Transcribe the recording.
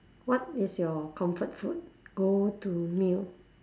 what is your comfort food go to meal